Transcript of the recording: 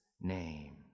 name